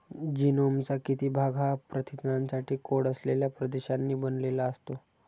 जीनोमचा किती भाग हा प्रथिनांसाठी कोड असलेल्या प्रदेशांनी बनलेला असतो?